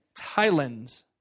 Thailand